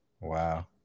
Wow